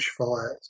bushfires